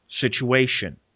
situation